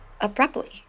Abruptly